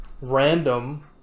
random